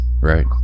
right